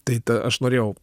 tai tą aš norėjau